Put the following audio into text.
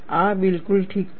આ બિલકુલ ઠીક છે